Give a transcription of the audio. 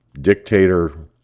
dictator